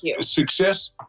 success